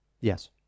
Yes